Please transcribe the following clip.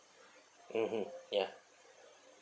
mmhmm ya